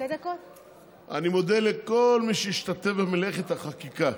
מודה לכל מי שהשתתף במלאכת החקיקה,